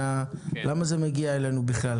למה זה מגיע אלינו בכלל?